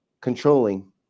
controlling